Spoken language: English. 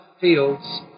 fields